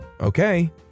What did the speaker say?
okay